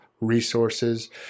resources